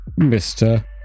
Mr